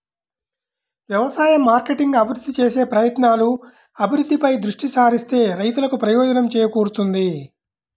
వ్యవసాయ మార్కెటింగ్ అభివృద్ధి చేసే ప్రయత్నాలు, అభివృద్ధిపై దృష్టి సారిస్తే రైతులకు ప్రయోజనం చేకూరుతుంది